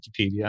Wikipedia